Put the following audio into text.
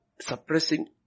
suppressing